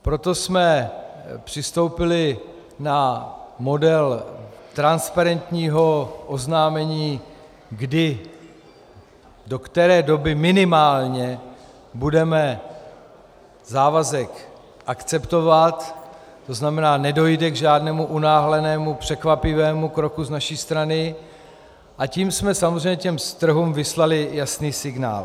Proto jsme přistoupili na model transparentního oznámení, kdy, do které doby minimálně budeme závazek akceptovat, tzn. nedojde k žádnému unáhlenému překvapivému kroku z naší strany, a tím jsme samozřejmě těm trhům vyslali jasný signál.